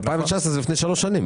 2019 היא לפני שלוש שנים.